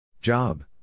Job